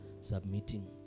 submitting